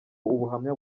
ubuhamya